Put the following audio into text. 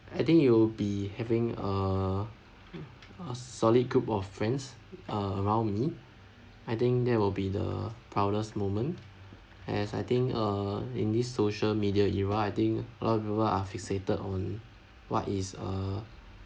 I think it will be having a a solid group of friends uh around me I think that will be the proudest moment as I think uh in this social media era I think a lot people are fixated on what is uh